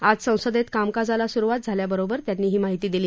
आज संसदेत कामकाजाला सुरुवात झाल्याबरोबर त्यांनी ही माहिती दिली